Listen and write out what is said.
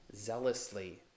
zealously